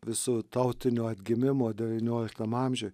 visų tautinių atgimimų devynioliktam amžiuj